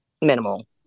minimal